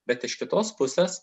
bet iš kitos pusės